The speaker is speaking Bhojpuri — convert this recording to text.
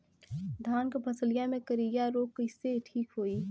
धान क फसलिया मे करईया रोग कईसे ठीक होई?